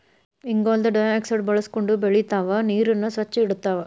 ಇಂಗಾಲದ ಡೈಆಕ್ಸೈಡ್ ಬಳಸಕೊಂಡ ಬೆಳಿತಾವ ನೇರನ್ನ ಸ್ವಚ್ಛ ಇಡತಾವ